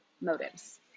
motives